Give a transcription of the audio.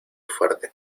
fuerte